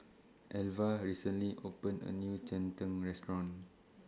Elva recently opened A New Cheng Tng Restaurant